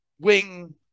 wing